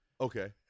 Okay